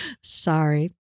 Sorry